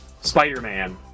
Spider-Man